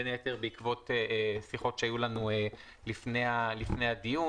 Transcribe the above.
בין היתר בעקבות שיחות שהיו לנו לפני הדיון